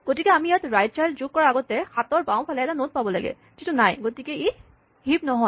গতিকে আমি ইয়াত ৰাইট চাইল্ড যোগ কৰাৰ আগতে ৭ ৰ বাওঁফালে এটা নড পাব লাগে গতিকে ই হিপ নহয়